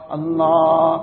Allah